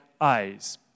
eyes